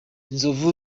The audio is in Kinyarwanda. inzovu